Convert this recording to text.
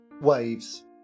waves